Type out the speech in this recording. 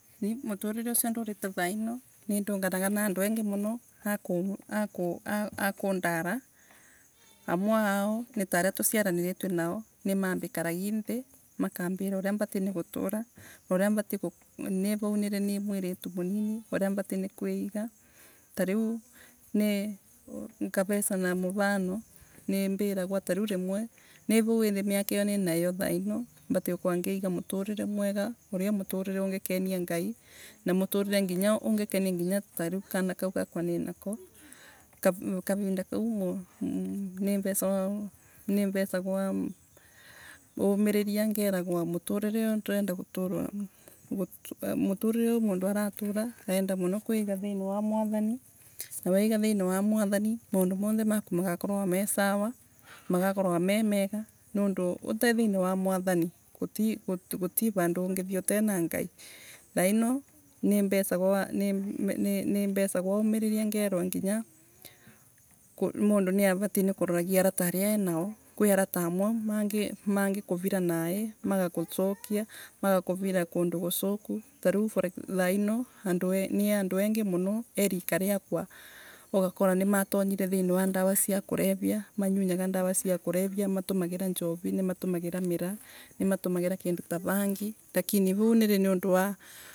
Muturire urio ndurite thaino nindunganaga na andu engi muno aku akundara amwe ao nitaaria tusiaraniritue vamwe nao nimambikaragi thi makambira uria vatiriri gutura. uria vatii ku ni vau niri ni mwiritu munini uria vati kwiiga tarii ni ngavesa muvano nimbiragwa tano rimwe ni vau niria miaka iyo ninayo thaino vatie gukorwa ngiiga muturire mwega uria muturire ungikenia ngai na muturire nginya ungikenia nginya tariu kana kau gakwa ninako kau kavinda kau mu ma nivesagwa nivesagwa umiriria ngeragwa muturire uyu ndurenda guturagwa muturire uyu mundu aratura arenda muno kwiiga thiini wa mwathoni na weiga thiini wa mwathani maundu mothe maku magakorwa me sawa magakoragwa me mega tondu ute thiini wa mwathani gutii guti vandu ungithi utena ngai. thaino nivesagwa nivesagwa umiriria ngerwa nginya mundu ni avati kuroria avata aria ae nao kwi arata amwe mangi mangikurira nai thaino ni andu engi muno e rika riakwa ugakora nimatonyire thiini wa dawa sia kulevya manyunyaga dawa sia kulenya matumagira njori. nimatumagira miraa. nimatumagira kindu ta venai lakini vau niri tondu wa.